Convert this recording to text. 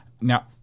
Now